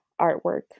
artwork